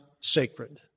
sacred